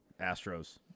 Astros